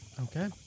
Okay